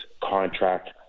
contract